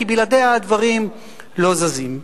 כי בלעדיה הדברים לא זזים.